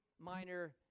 minor